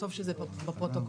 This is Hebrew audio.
טוב שזה כתוב בפרוטוקול,